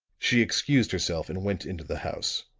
she excused herself and went into the house,